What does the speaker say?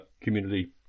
community